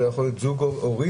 זה יכול להיות זוג הורים,